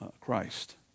Christ